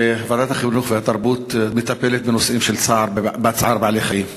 ועדת החינוך והתרבות מטפלת בנושאים של צער בעלי-חיים,